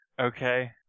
Okay